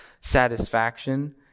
satisfaction